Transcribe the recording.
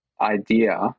idea